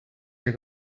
your